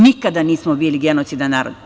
Nikada nismo bili genocidan narod.